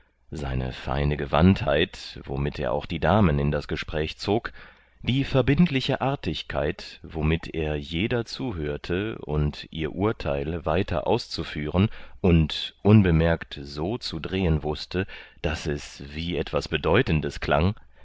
seine feine gewandtheit womit er auch die damen in das gespräch zog die verbindliche artigkeit womit er jeder zuhörte und ihr urteil weiter auszuführen und unbemerkt so zu drehen wußte daß es wie etwas bedeutendes klang